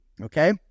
okay